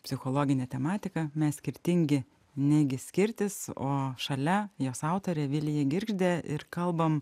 psichologine tematika mes skirtingi negi skirtis o šalia jos autorė vilija girgždė ir kalbam